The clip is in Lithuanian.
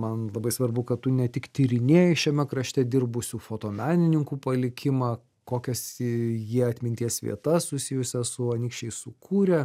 man labai svarbu kad tu ne tik tyrinėji šiame krašte dirbusių fotomenininkų palikimą kokias jie atminties vietas susijusias su anykščiais sukūrė